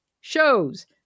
shows